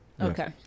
Okay